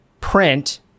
print